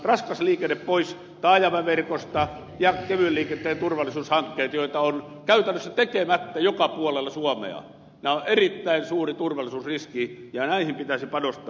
raskas liikenne pois taajamaverkosta ja kevyen liikenteen turvallisuushankkeet joita on käytännössä tekemättä joka puolella suomea ovat erittäin suuri turvallisuusriski ja näihin pitäisi panostaa